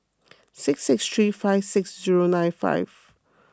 six six three five six zero nine five